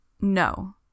No